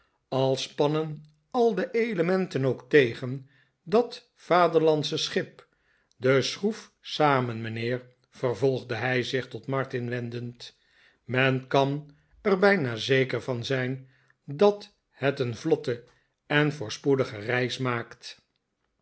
al spannen al de elementen ook tegen dat vaderlandsche schip de schroef samen mijnheer vervolgde hij zich tot martin wendend men kan er bijna zeker van zijn dat het een vlotte en voorspoedige reis maakt